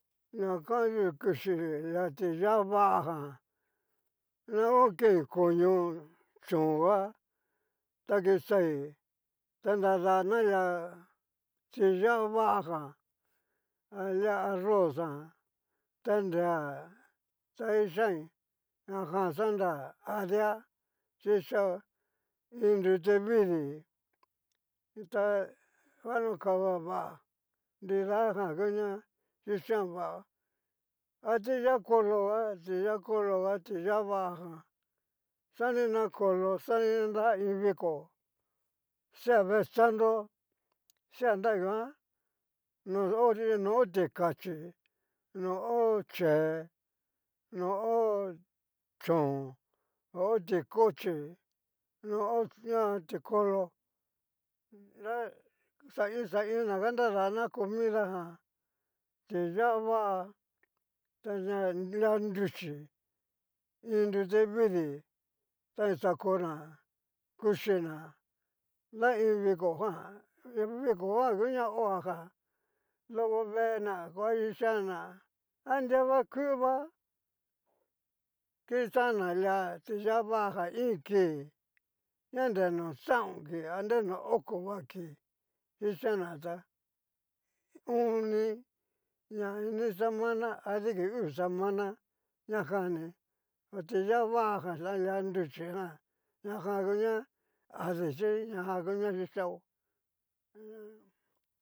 Na kan yu kuchi lia tiyá vagan, na go kein koño chónga, ta kixai ta nradana lia tiyá vagan, alia arroz jan ta rea ta kixain, ñajan xanra adia chíxa iin nrutevidi, xanokaba va nridajan ngu ña yikan atiyá kolo nga tiyá kolo nga tiyá va nga xanina kolo axina nra iin viko sea vee sandro sea nraguan, no oti no o tikachí, no ho chee, no ho chón, no hó ticochí, no ho ña tikolo nra xain xaina kadanrana comida jan, tiyá va ta nre lia nruchí, iin nrute vidii ta ni xa okona kuchina nra iin viko jan nri viko jan ngu ña ho a jan, loko veena va kixan'na, anrivakuva kichanna lia tiyá vajan iin kii ña nre no xaon kii, a oko va kii, ichan na tá oon ni na ini semana adiki uu semana ña jan ní na tiyá vajan ta lia nruchí jan ñajan uña adi chí ñajan nguña kichao.